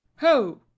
ho